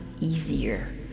easier